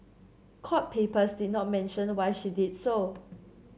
court papers did not mention why she did so